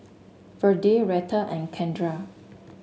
Virdie Retta and Kendra